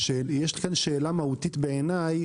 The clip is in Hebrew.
יש כאן שאלה מהותית בעיני,